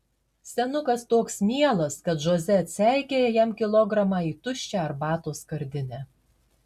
senukas toks mielas kad žoze atseikėja jam kilogramą į tuščią arbatos skardinę